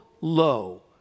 low